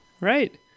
right